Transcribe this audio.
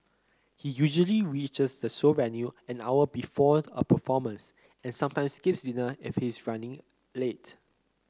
he usually reaches the show venue an hour before a performance and sometimes skips dinner if he is running late